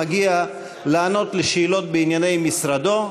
מגיע לענות על שאלות בענייני משרדו,